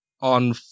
on